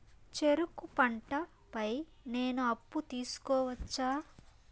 చెరుకు పంట పై నేను అప్పు తీసుకోవచ్చా?